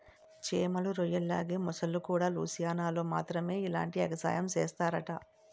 చేమలు, రొయ్యల్లాగే మొసల్లుకూడా లూసియానాలో మాత్రమే ఇలాంటి ఎగసాయం సేస్తరట